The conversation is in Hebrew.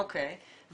אוקי.